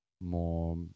more